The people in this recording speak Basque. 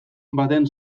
baten